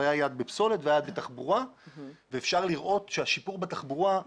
היה יעד בפסולת והיה יעד בתחבורה ואפשר לראות שהשיפור בייצור